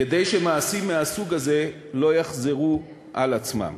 כדי שמעשים מהסוג הזה לא יחזרו על עצמם.